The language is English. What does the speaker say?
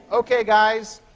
ok, guys.